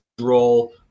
role